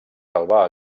salvar